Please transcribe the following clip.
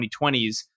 2020s